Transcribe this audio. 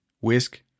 Whisk